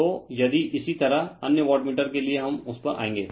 तो यदि इसी तरह अन्य वाटमीटर के लिए हम उस पर आएंगे